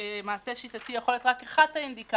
מעשה שיטתי יכול להיות רק אחת האינדיקציות